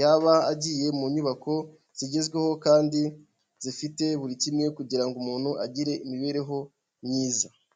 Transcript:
yaba agiye mu nyubako zigezweho kandi zifite buri kimwe kugira ngo umuntu agire imibereho myiza.